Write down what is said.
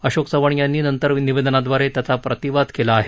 अशोक चव्हाण यांनी नंतर निवेदनाद्वारे त्याचा प्रतिवाद केला आहे